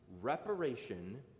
reparation